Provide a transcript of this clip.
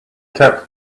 kept